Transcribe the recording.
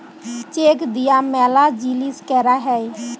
check দিয়া ম্যালা জিলিস ক্যরা হ্যয়ে